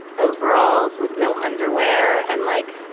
overalls with no underwear and, like